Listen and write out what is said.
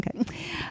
okay